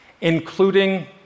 including